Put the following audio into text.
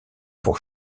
pour